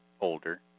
older